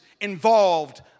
involved